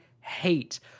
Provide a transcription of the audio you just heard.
hate